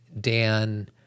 Dan